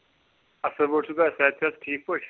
اَصٕل پٲٹھۍ چھُکھا صحت چھُ حظ ٹھیٖک پٲٹھۍ